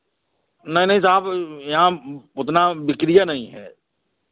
नहीं नहीं साब यहाँ उतना बिक्रि ही नहीं है